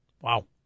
Wow